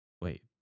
Wait